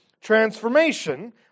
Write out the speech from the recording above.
transformation